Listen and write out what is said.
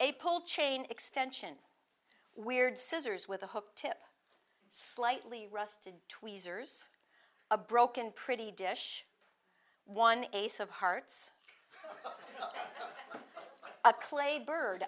a pull chain extension weird scissors with a hook tip slightly rusted tweezers a broken pretty dish one ace of hearts a clay bird